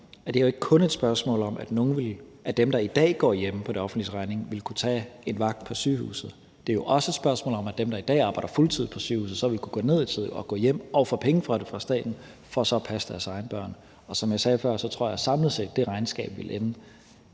det her jo ikke kun et spørgsmål om, at nogle af dem, der i dag går hjemme på det offentliges regning, ville kunne tage en vagt på sygehuset. Det er jo også et spørgsmål om, at dem, der i dag arbejder fuldtid på sygehuset, så ville kunne gå ned i tid og gå hjem og få penge for det fra staten for så at passe deres egne børn. Og som jeg sagde før, tror jeg, at det regnskab samlet